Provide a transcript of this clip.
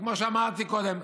כמו שאמרתי קודם,